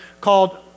called